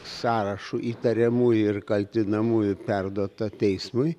sąrašu įtariamųjų ir kaltinamųjų perduota teismui